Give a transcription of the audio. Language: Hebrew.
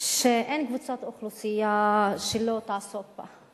שאין קבוצת אוכלוסייה שלא תעסוק בה.